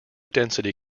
density